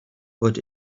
but